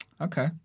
Okay